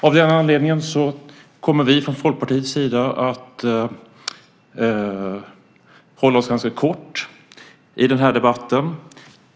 Av den anledningen kommer vi i Folkpartiet att fatta oss ganska kort i den här debatten.